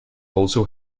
also